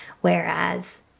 whereas